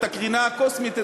את הקרינה הקוסמית,